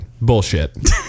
Bullshit